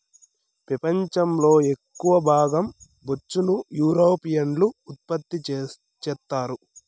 పెపంచం లో ఎక్కవ భాగం బొచ్చును యూరోపియన్లు ఉత్పత్తి చెత్తారు